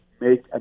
Make